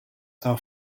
are